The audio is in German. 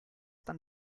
dann